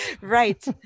Right